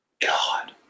god